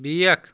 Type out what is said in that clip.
بیٛکھ